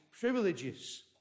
privileges